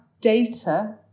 data